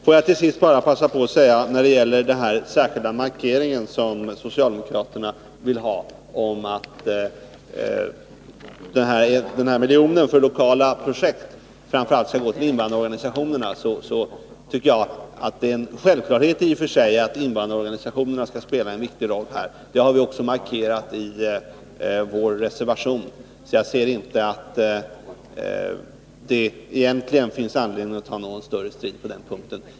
Får jag till sist bara passa på att säga att det, när det gäller den särskilda markering som socialdemokraterna vill ha av att den miljon för lokala projekt, som anslås, framför allt skall gå till invandrarorganisationerna, är en självklarhet att invandrarorganisationerna skall spela en viktig roll. Detta har ju också markerats i vår reservation, varför jag inte tycker det finns någon anledning att ta någon större strid på den punkten.